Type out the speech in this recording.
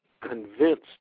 convinced